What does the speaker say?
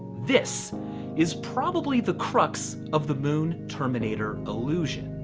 this is probably the crux of the moon terminator illusion.